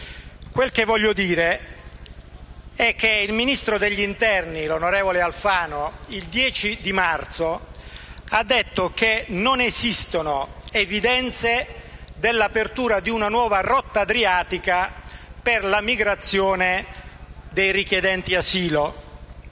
il Ministro dell'interno, l'onorevole Alfano, il 10 marzo scorso ha detto che non esistono evidenze in ordine all'apertura di una nuova rotta adriatica per la migrazione dei richiedenti asilo.